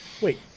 wait